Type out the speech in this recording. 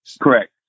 correct